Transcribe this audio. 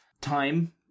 time